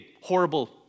horrible